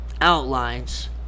outlines